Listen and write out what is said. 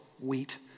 wheat